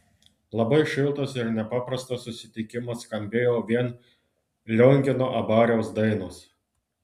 labai šiltas ir nepaprastas susitikimas skambėjo vien liongino abariaus dainos